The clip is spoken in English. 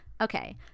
Okay